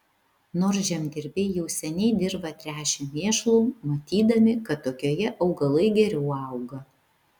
nors žemdirbiai jau seniai dirvą tręšė mėšlu matydami kad tokioje augalai geriau auga